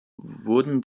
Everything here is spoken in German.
wurden